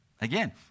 Again